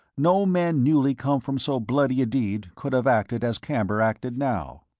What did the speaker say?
no man newly come from so bloody a deed could have acted as camber acted now.